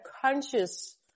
conscious